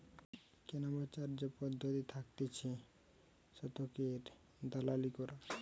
কেনাবেচার যে পদ্ধতি থাকতিছে শতকের দালালি করা